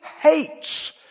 hates